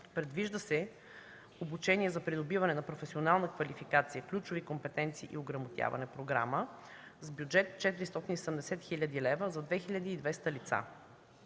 Предвижда се обучение за придобиване на професионални квалификации, ключови компетенции и ограмотяване – програма с бюджет 470 хил. лв. за 2200 лица.